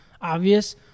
obvious